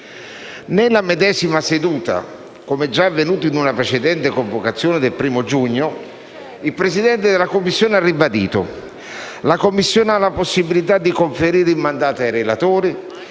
Nella medesima seduta, come già avvenuto in una precedente convocazione del 1° giugno, il Presidente della Commissione ha ribadito: «La Commissione ha la possibilità di conferire il mandato ai relatori,